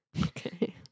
Okay